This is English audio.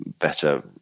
better